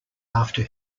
after